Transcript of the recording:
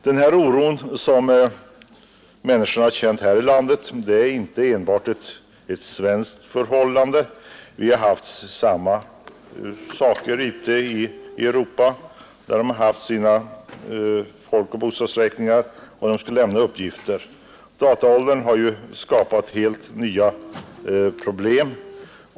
Den oro som människor känt i detta sammanhang är inte enbart en svensk företeelse. Man har känt samma oro ute i Europa då uppgifter infordrats till folkoch bostadsräkningar. Dataåldern har skapat helt nya problem.